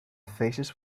faces